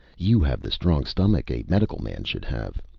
you have the strong stomach a medical man should have!